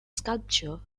sculpture